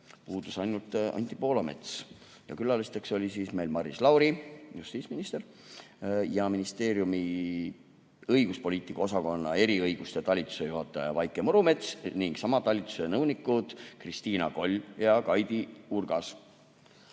Puudus ainult Anti Poolamets. Külalisteks olid Maris Lauri, justiitsminister, ja ministeeriumi õiguspoliitika osakonna eraõiguse talituse juhataja Vaike Murumets ning sama talituse nõunikud Kristiina Koll ja Kaidi